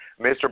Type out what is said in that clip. Mr